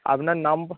আপনার নাম্বা